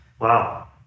Wow